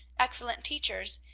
excellent teachers,